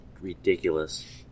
ridiculous